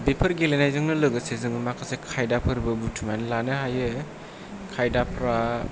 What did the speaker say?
बेफोर गेलेनायजोंनो लोगोसे जोङो माखासे खायदाफोरबो बुथुमनानै लानो हायो खायदाफ्रा